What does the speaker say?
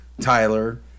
Tyler